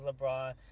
LeBron